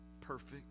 perfect